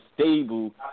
stable